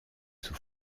sous